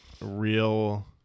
real